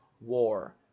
war